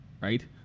right